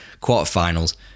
quarterfinals